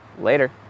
Later